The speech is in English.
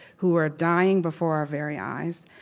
who are dying before our very eyes.